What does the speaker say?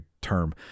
term